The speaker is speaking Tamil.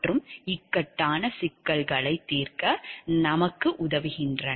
மற்றும் இக்கட்டான சிக்கல்களைத் தீர்க்க நமக்கு உதவுகின்றன